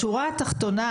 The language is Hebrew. בשורה התחתונה,